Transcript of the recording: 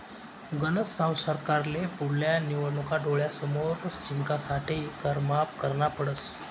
गनज साव सरकारले पुढल्या निवडणूका डोळ्यासमोर जिंकासाठे कर माफ करना पडस